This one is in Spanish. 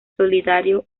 solidario